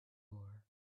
floor